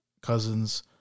cousins